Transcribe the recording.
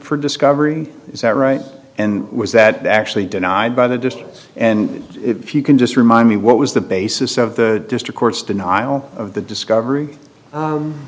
for discovery is that right and was that actually denied by the district and if you can just remind me what was the basis of the district court's denial of the discovery